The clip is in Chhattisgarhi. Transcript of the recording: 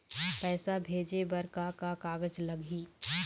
पैसा भेजे बर का का कागज लगही?